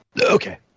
Okay